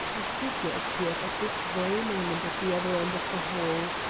a figure appeared at this very moment at the other end of the hall.